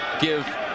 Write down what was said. give